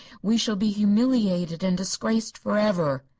we shall be humiliated and disgraced forever.